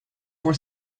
for